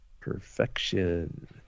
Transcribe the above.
perfection